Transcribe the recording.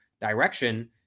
direction